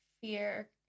fear